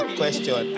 question